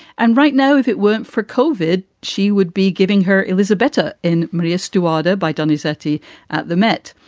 and right now, if it weren't for colvard, she would be giving her elisabetta in marias to order by donizetti at the met.